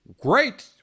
Great